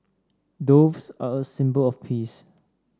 doves are a symbol of peace